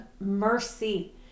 mercy